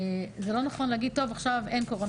זה לא נכון להגיד שעכשיו אין קורונה.